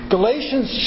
Galatians